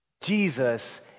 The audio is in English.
Jesus